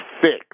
fixed